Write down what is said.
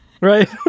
Right